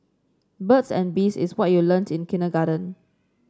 birds and bees is what you learnt in kindergarten